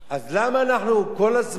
אז למה אנחנו כל הזמן